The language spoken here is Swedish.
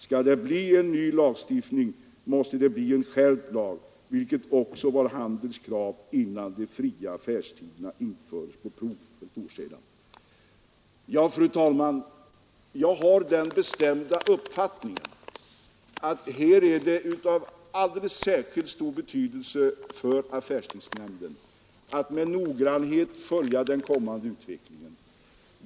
Ska det bli en ny lagstiftning måste det bli en skärpt lag, vilket också var Handels krav innan de fria affärstiderna infördes på prov för ett år sedan.” Ja, fru talman, jag har den bestämda uppfattningen att det är av alldeles särskilt stor betydelse att affärstidsnämnden här med noggrannhet följer utvecklingen.